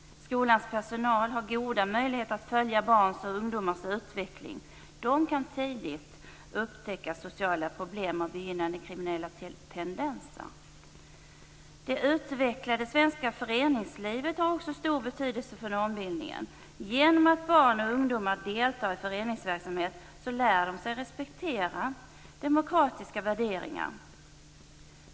Skolans personal har goda möjligheter att följa barns och ungdomars utveckling. De kan tidigt upptäcka sociala problem och begynnande kriminella tendenser. Det utvecklade svenska föreningslivet har också stor betydelse för normbildningen. Genom att barn och ungdomar deltar i föreningsverksamhet lär de sig respektera demokratiska värderingar.